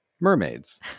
mermaids